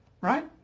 right